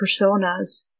personas